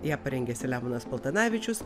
ją parengė selemonas paltanavičius